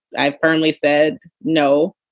i firmly said no,